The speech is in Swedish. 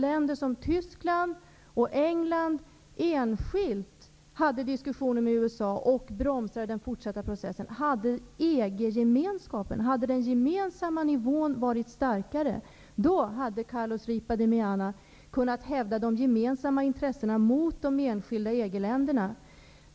Länder som Tyskland och England hade enskilda diskussioner med USA. Det bromsade den fortsatta processen. Om den gemensamma nivån hade varit starkare hade Carlo Ripa di Meana kunnat hävda de gemensamma intressena mot de enskilda EG-ländernas.